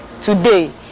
Today